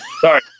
Sorry